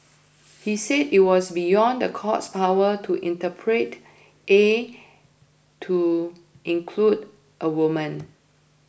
he said it was beyond the court's power to interpret A to include a woman